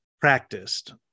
practiced